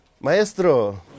Maestro